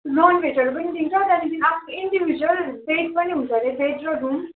non भेजहरू पनि दिन्छ त्यहाँदेखि आफ्नो इन्डिभियुअल बेड पनि हुन्छ रे बेड र रुम